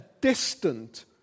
distant